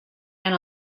and